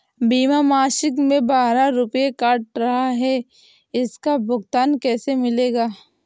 बीमा मासिक में बारह रुपय काट रहा है इसका भुगतान कैसे मिलेगा?